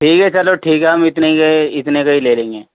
ٹھیک ہے چلو ٹھیک ہے ہم اتنے کے اتنے کے ہی لے لیں گے